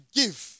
give